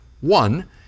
One